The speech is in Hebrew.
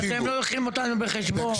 שאתם לא לוקחים אותנו בחשבון.